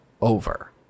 over